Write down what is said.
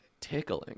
tickling